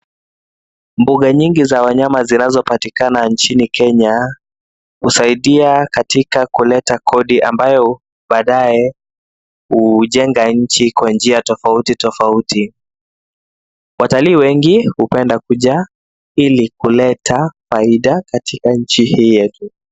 Mbuga nyingi za wanyama zinazopatikana nchini Kenya husaidia katika kuleta kodi ambayo baadae hujenga nchi kwa njia tofautitaofauti. Watalii wengi hupenda kuja ili kuleta faida katika nchi hii yetu.